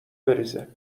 بریزه